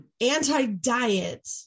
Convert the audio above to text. anti-diet